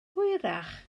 hwyrach